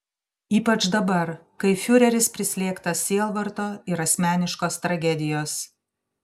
ypač dabar kai fiureris prislėgtas sielvarto ir asmeniškos tragedijos